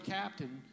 captain